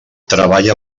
treballa